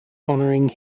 honoring